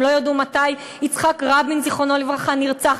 הם לא ידעו מתי יצחק רבין ז"ל נרצח,